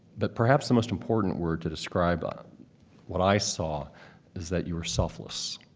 but perhaps the most important word to describe but what i saw is that you were selfless.